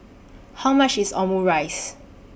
How much IS Omurice